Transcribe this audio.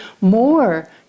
more